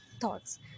thoughts